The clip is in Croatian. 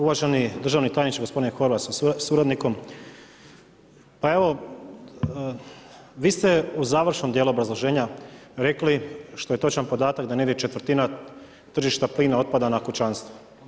Uvaženi državni tajniče gospodine Horvat sa suradnikom, pa evo vi ste u završnom djelu obrazloženja rekli, što je točan podatak da negdje 1/4 tržišta plina otpada na kućanstva.